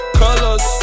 colors